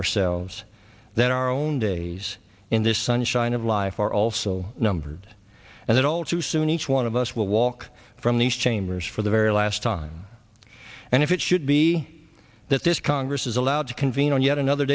ourselves that our own days in this sunshine of life are also numbered and that all too soon each one of us will walk from these chambers for the very last time and if it should be that this congress is allowed to convene on yet another